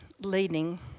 leading